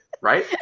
right